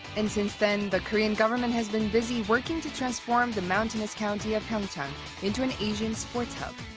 and since then, the korean government has been busy working to transform the mountainous county of pyeongchang into an asian sports hub.